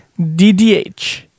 DDH